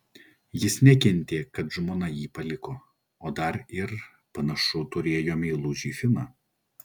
jis nekentė kad žmona jį paliko o dar ir panašu turėjo meilužį finą